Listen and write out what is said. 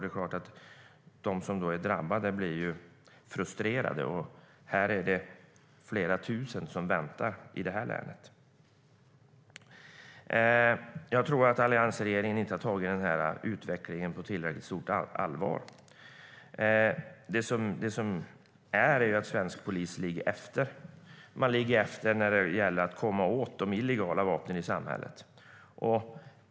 Det är klart att de som är drabbade blir frustrerade. Det är flera tusen som väntar i det här länet. Jag tror att alliansregeringen inte har tagit denna utveckling på tillräckligt stort allvar. Svensk polis ligger efter när det gäller att komma åt de illegala vapnen i samhället.